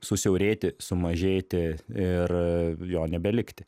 susiaurėti sumažėti ir jo nebelikti